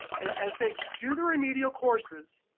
and as they do the remedial courses,